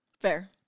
Fair